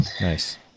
Nice